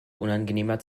unangenehmer